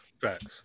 Facts